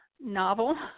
novel